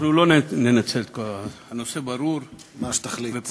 אנחנו לא ננצל את הכול, הנושא ברור ופשוט.